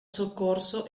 soccorso